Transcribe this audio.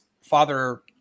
Father